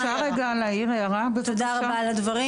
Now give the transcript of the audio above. אפשר להעיר הערה בבקשה?